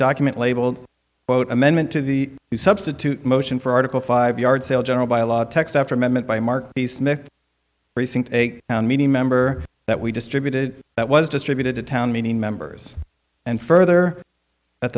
document labeled vote amendment to the substitute motion for article five yard sale general by a lot of text after amendment by mark the smith precinct a town meeting member that we distributed that was distributed to town meeting members and further at